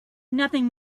nothing